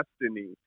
Destiny